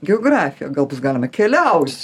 geografiją gal bus galima keliaut